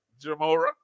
Jamora